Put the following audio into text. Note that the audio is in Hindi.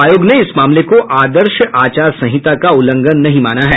आयोग ने इस मामले को आदर्श आचार सहिंता का उल्लंघन नहीं माना है